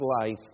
life